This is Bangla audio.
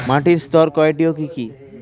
মাটির স্তর কয়টি ও কি কি?